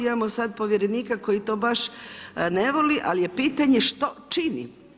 Imamo sad povjerenika koji to baš ne voli, ali je pitanje što čini.